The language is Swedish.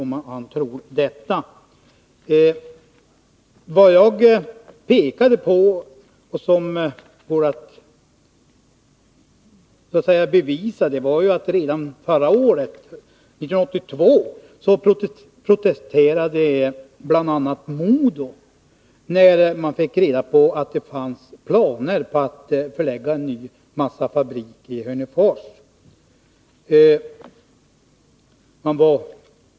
Vad jag pekade på och som går att så att säga bevisa var att redan förra året, 1982, protesterade bl.a. MoDo när man fick reda på att det fanns planer på att förlägga en ny massafabrik i Hörnefors.